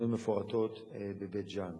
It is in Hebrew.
תוכניות מפורטות בבית-ג'ן.